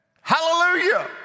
hallelujah